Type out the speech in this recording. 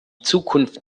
zukunft